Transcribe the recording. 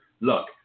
Look